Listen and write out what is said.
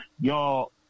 y'all